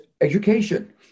education